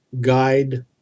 guide